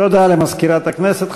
למזכירת הכנסת.